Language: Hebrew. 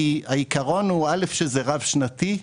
העיקרון הוא שזה רב שנתי,